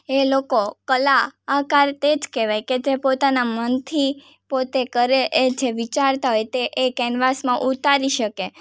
એ લોકો કલા આકાર તે જ કહેવાય કે જે પોતાના મનથી પોતે કરે એ જે વિચારતા હોય તે એ કેનવાસમાં ઉતારી શકે